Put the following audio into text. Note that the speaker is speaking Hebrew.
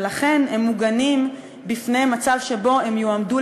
ולכן הם מוגנים מפני מצב שבו הם יועמדו